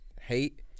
hate